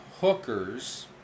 hookers